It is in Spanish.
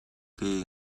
que